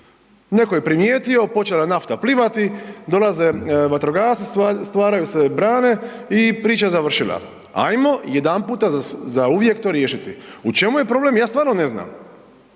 Neko je primijetio, počela je nafta plivati, dolaze vatrogasci, stvaraju se brane i priča je završila. Ajmo jedanputa za uvijek to riješiti. U čemu je problem, ja stvarno ne znam.